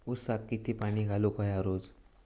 ऊसाक किती पाणी घालूक व्हया रोज?